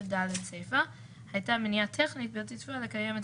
היום קיימות